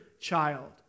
child